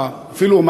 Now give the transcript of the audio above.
אפילו אומר,